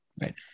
right